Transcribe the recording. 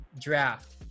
Draft